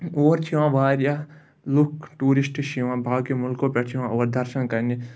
اور چھِ یِوان واریاہ لُکھ ٹوٗرِسٹ چھِ یِوان باقٕیو مٕلکو پٮ۪ٹھ چھِ یِوان اور دَرشَن کَرنہِ